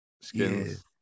skins